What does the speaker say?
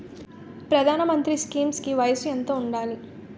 ప్రధాన మంత్రి స్కీమ్స్ కి వయసు ఎంత ఉండాలి?